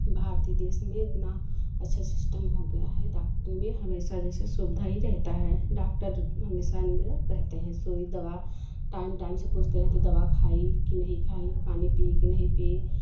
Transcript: भारतीय देश में इतना अच्छा सिस्टम हो गया है डॉक्टरी में हमेशा जैसे सुविधा ही रहता है डॉक्टर हमेशा अवलेबल रहते हैं सुई दवा टाइम टाइम से पूछते रहते हैं दवा खाई कि नहीं खाई पानी पी की नहीं पी